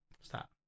Stop